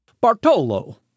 Bartolo